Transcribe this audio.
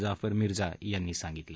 जाफर मिर्जा यांनी सांगितलं